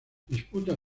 disputa